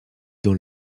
dans